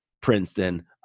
Princeton